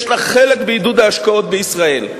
יש לה חלק בעידוד ההשקעות בישראל.